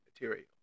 material